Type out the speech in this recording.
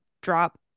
drop